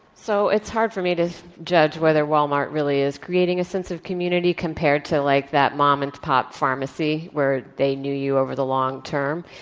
so, it's hard for me to judge whether wal-mart really is creating a sense of community compared to like that mom and pop pharmacy where they knew you over the long term.